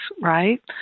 right